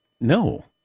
no